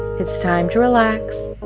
it's time to relax,